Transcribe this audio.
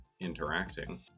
interacting